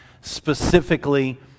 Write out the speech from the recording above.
specifically